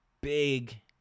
big